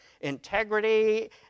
integrity